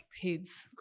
kids